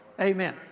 Amen